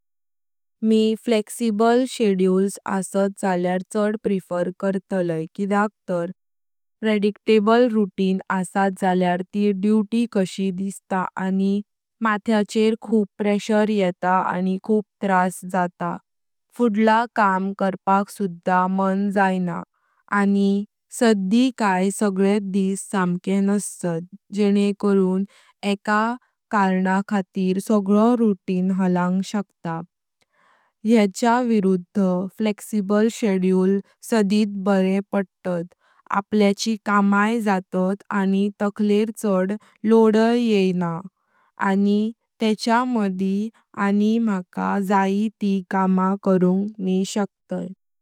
मी flexible schedules असात जाल्यार छड प्रेफर करतलाय किद्याक तार प्रेडिक्टेबल रूटीन असात जाल्यार ती ड्युटी कशी दिस्ता आनी मथ्यार्चेर खूब प्रेशर येता आनी खूब त्रास जाता फुडळा काम करपाक सुधा मान जाईना। आनी सड्डी काय सगळेच दिस संके नस्तात जेणे करुन एका कारण खातीर सगळो रूटीन हलांग शक्त। येच्या विरुध फ्लेक्सिबल शेड्यूल सडित बरे पडतात, आपल्याची कमाई जातात आनी टखलेर छड लोआडाइ पडाना। आनी तेच्या मदी आनी मका जाई ती कमाई करुंग शकतोव।